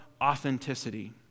authenticity